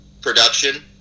production